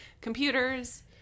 computers